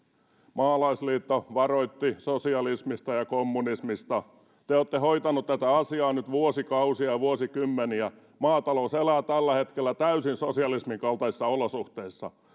maalaisliitto varoitti sosialismista ja kommunismista te te olette hoitaneet tätä asiaa nyt vuosikausia ja vuosikymmeniä maatalous elää tällä hetkellä täysin sosialismin kaltaisissa olosuhteissa